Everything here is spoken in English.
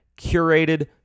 curated